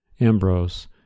Ambrose